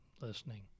listening